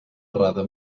errada